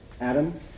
Adam